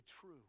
true